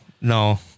no